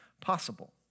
possible